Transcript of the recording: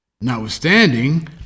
Notwithstanding